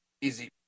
Easy